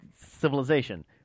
civilization